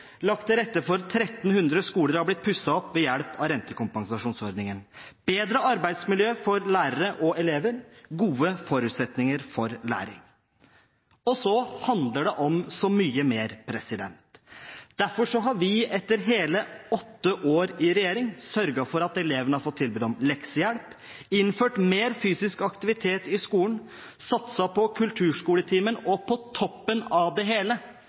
lagt til rette for at 1 300 skoler har blitt pusset opp ved hjelp av rentekompensasjonsordningen – bedre arbeidsmiljø for lærere og elever, gode forutsetninger for læring. Så handler det om mye mer. Derfor har vi etter hele åtte år i regjering sørget for at elevene har fått tilbud om leksehjelp, innført mer fysisk aktivitet i skolen, satset på kulturskoletimen og på toppen av det hele